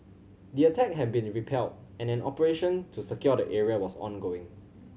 the attack had been repelled and an operation to secure the area was ongoing